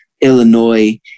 Illinois